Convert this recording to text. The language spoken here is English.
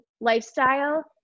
lifestyle